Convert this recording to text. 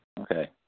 Okay